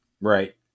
Right